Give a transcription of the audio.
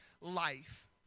life